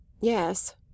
Yes